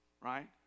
right